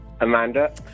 Amanda